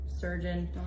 surgeon